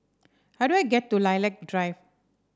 how do I get to Lilac Drive